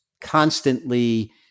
constantly